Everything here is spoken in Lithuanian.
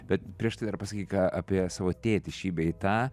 bet prieš tai dar pasakyk ką apie savo tėtį šį bei tą